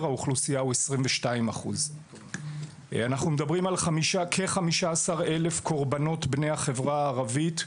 האוכלוסייה הוא 22%. אנחנו מדברים על כ- 15 אלף קורבנות בני החברה הערבית,